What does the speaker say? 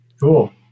Cool